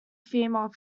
female